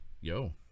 Yo